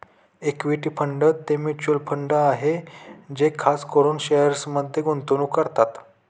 equity fund ते mutual fund आहे जे खास करून शेअर्समध्ये गुंतवणूक करतात